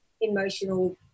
emotional